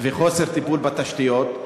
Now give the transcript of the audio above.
וחוסר טיפול בתשתיות.